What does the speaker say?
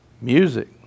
Music